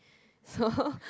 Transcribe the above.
so